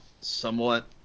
somewhat